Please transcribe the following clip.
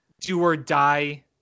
do-or-die